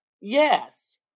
yes